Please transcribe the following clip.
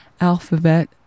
Alphabet